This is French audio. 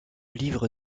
livre